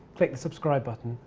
click the subscribe button,